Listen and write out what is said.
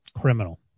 criminal